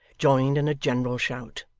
joined in a general shout.